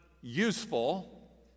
useful